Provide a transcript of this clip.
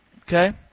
Okay